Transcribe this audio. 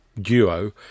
duo